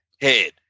head